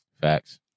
facts